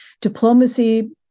diplomacy